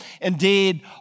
Indeed